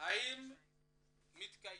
האם זה מתקיים.